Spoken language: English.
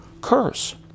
curse